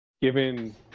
given